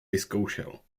vyzkoušel